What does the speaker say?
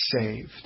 saved